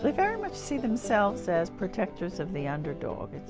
but very much see themselves as protectors of the underdog.